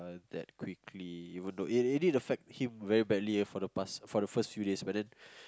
that quickly even though it it did affect him very badly for the past for the first few days but then